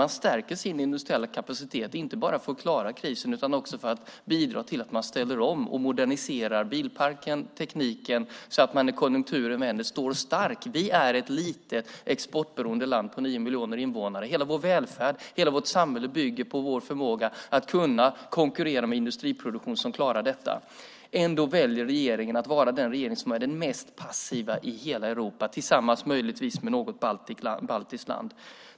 Man stärker sin industriella kapacitet inte bara för att klara krisen utan också för att bidra till att ställa om och modernisera bilparken och tekniken så att man när konjunkturen vänder står stark. Vi är ett litet, exportberoende land på nio miljoner invånare. Hela vår välfärd och hela vårt samhälle bygger på vår förmåga att kunna konkurrera med industriproduktion som klarar detta. Ändå väljer regeringen att vara den mest passiva regeringen i hela Europa, möjligtvis tillsammans med något baltiskt land.